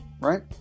Right